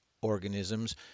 organisms